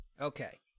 Okay